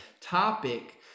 topic